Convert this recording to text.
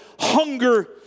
hunger